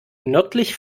nördlich